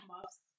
Muffs